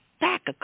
back